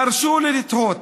והרשו לי לתהות,